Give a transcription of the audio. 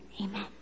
Amen